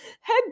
head